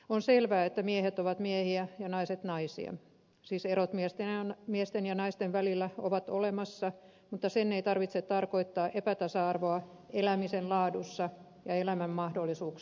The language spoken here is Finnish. on selvää että miehet ovat miehiä ja naiset naisia siis erot miesten ja naisten välillä ovat olemassa mutta sen ei tarvitse tarkoittaa epätasa arvoa elämisen laadussa ja elämän mahdollisuuksissa